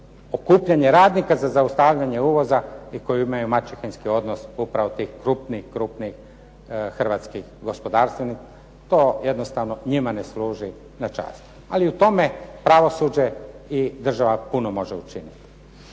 okupljanje radnika za zaustavljanje uvoza i koji imaju maćehinski odnos upravo tih krupnih, krupnih hrvatskih …/Govornik se ne razumije./… To jednostavno njima ne služi na čast. Ali u tome pravosuđe i država puno može učiniti.